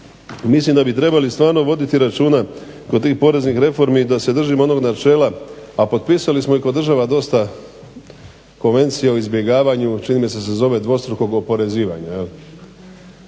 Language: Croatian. mislim da bi trebali stvarno voditi računa kod tih poreznih reformi da se držimo onog načela, a potpisali smo ih kao država dosta konvencija o izbjegavanju čini mi se da se zove dvostrukog oporezivanja.